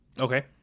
okay